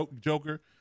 Joker